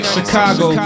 Chicago